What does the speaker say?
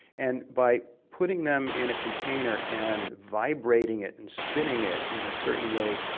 and by putting them in a container and vibrating it and spinning it in a certain way,